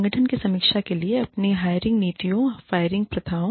संगठन की समीक्षा के लिए अपनी हायरिंग नीतियों फायरिंग प्रथाओं